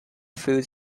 foods